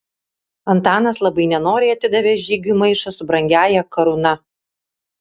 antanas labai nenoriai atidavė žygiui maišą su brangiąja karūna